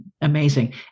amazing